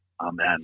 Amen